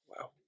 Wow